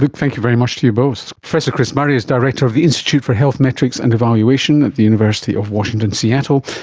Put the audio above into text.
thank you very much to you both. professor chris murray is director of the institute for health metrics and evaluation at the university of washington, seattle.